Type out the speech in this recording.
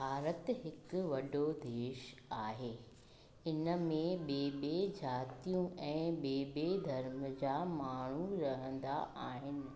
भारत हिकु वॾो देश आहे हिन में ॿिए ॿिए जातियूं ऐं ॿिए ॿिए धर्म जा माण्हू रहंदा आहिनि